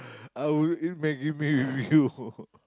I will eat maggi-mee with you